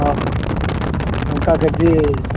ହଁ ଲଙ୍କା K G